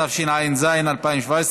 התשע"ז 2017,